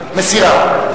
מסירה.